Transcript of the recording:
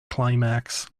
climax